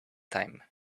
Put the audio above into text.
time